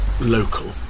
Local